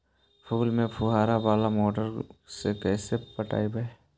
फूल के फुवारा बाला मोटर से कैसे पटइबै?